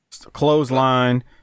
Clothesline